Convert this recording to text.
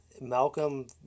Malcolm